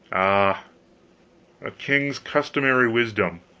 ah a king's customary wisdom!